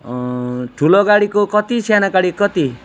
ठुलो गाडीको कति सानो गाडीको कति